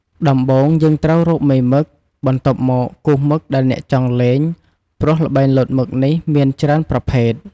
ដំំបូងយើងត្រូវរកមេមឹក បន្ទាប់មកគូសមឹក ដែលអ្នកចង់លេងព្រោះល្បែងលោតមឹកនេះមានច្រើនប្រភេទ។